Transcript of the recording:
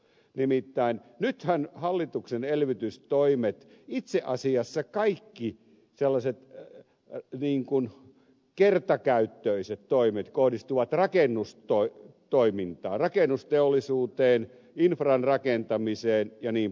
nimittäin nythän hallituksen elvytystoimet itse asiassa kaikki sellaiset kertakäyttöiset toimet kohdistuvat rakennustoimintaan rakennusteollisuuteen infran rakentamiseen jnp